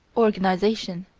organization.